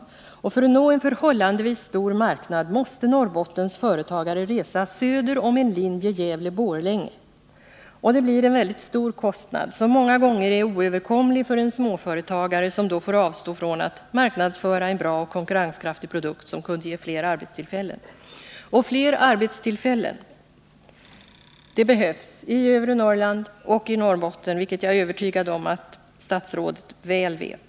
För att nå en på inrikesflyget förhållandevis stor marknad måste Norrbottens företagare resa inom ett område som sträcker sig så långt som söder om en linje Gävle-Borlänge. Det innebär en väldigt stor kostnad, som många gånger är oöverkomlig för en småföretagare, och han får då avstå från att marknadsföra en bra och konkurrenskraftig produkt, vilket i sin tur kunde ha möjliggjort en produktionsökning och fler arbetstillfällen. Och fler arbetstillfällen behövs i övre Norrland och i Norrbotten, vilket jag är övertygad om att statsrådet väl vet.